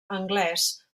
anglès